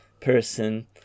person